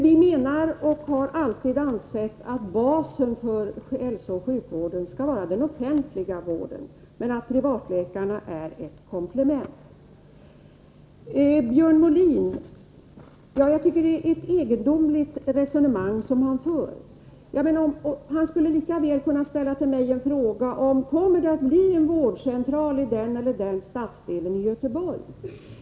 Vi menar, och har alltid ansett, att basen för hälsooch sjukvården skall vara den offentliga vården, men att privatläkarna är ett komplement. Jag tycker att det är ett egendomligt resonemang som Björn Molin för. Han skulle lika väl kunna ställa mig frågan: Kommer det att bli en vårdcentral i den eller den stadsdelen i Göteborg?